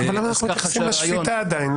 אנחנו מתייחסים לשפיטה עדיין.